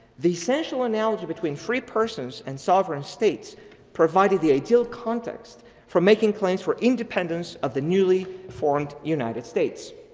the essential analogy between free persons and sovereign states provided the ideal context for making claims for independence of the newly formed united states.